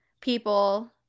people